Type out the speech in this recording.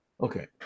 okay